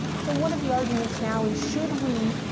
so one of the arguments, now, is should we,